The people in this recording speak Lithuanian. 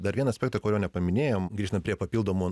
dar vieną aspektą kurio nepaminėjom grįžtant prie papildomų